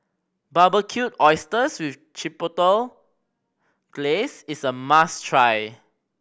Barbecued Oysters with Chipotle Glaze is a must try